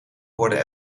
worden